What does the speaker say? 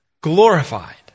glorified